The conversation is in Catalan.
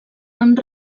amb